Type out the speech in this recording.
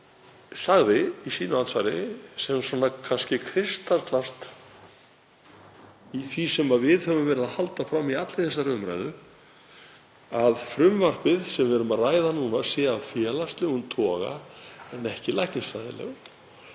sagði í andsvari sínu, sem kristallast í því sem við höfum verið að halda fram í allri þessari umræðu, að frumvarpið sem við erum að ræða núna, væri af félagslegum toga en ekki læknisfræðilegum.